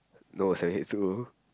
no seventy eight too